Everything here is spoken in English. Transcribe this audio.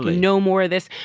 no more of this.